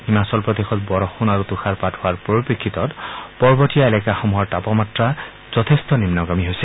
হিমাচল প্ৰদেশত বৰষুণ আৰু তৃষাৰপাত হোৱাৰ পৰিপ্ৰেক্ষিতত পৰ্বতীয় এলেকাসমূহৰ তাপমাত্ৰা যথেষ্ট নিন্নগামী হৈছে